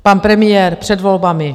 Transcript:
pan premiér před volbami.